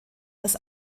dass